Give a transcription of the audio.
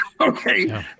okay